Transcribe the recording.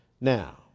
now